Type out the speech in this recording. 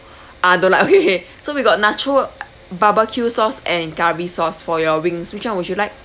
ah don't like okay okay so we got nacho barbecue sauce and curry sauce for your wings which one would you like